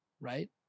right